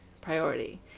priority